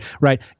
Right